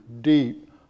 deep